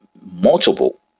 multiple